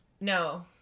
No